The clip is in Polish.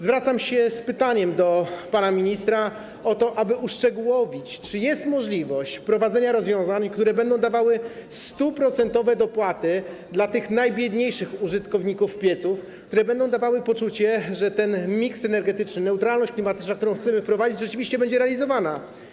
Zwracam się z pytaniem do pana ministra o to, aby uszczegółowić, czy jest możliwość wprowadzenia rozwiązań, które będą dawały 100-procentowe dopłaty dla tych najbiedniejszych użytkowników pieców, które będą dawały poczucie, że ten miks energetyczny, neutralność klimatyczna, którą chcemy wprowadzić, rzeczywiście będzie realizowana.